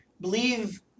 Believe